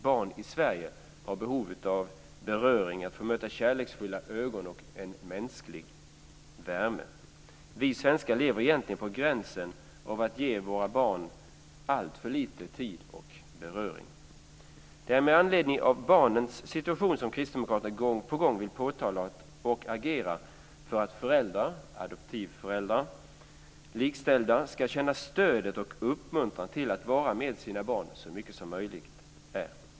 Barn i Sverige har behov av beröring, av att få möta kärleksfulla ögon och mänsklig värme. Vi svenskar lever egentligen på gränsen till att ge våra barn alltför lite tid och beröring. Det är med anledning av barnens situation som kristdemokraterna gång på gång vill påtala och agera för att föräldrar, adoptivföräldrar likställda, ska känna stöd och uppmuntran att vara med sina barn så mycket som möjligt.